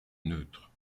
neutre